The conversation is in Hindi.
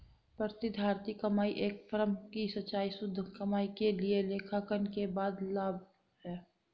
प्रतिधारित कमाई एक फर्म की संचयी शुद्ध कमाई के लिए लेखांकन के बाद लाभ है